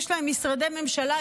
יש להם משרדי ממשלה,